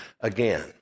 again